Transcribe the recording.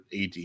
AD –